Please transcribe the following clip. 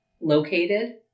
located